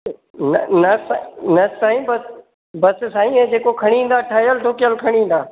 न न न साईं बसि बसि साईं इहे जेको खणी ईंदा ठहियलु ठुकयल खणी ईंदा